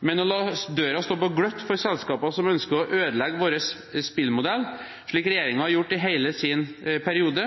Å la døren stå på gløtt for selskaper som ønsker å ødelegge vår spillmodell, slik regjeringen har gjort i hele sin periode,